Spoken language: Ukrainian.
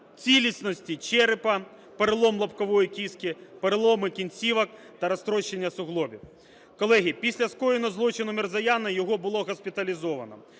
цілісності черепа, перелом лобкової кістки, переломи кінцівок та розтрощення суглобів. Колеги, після скоєного злочину, Мірзояна, його було госпіталізовано.